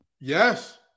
Yes